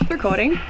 Recording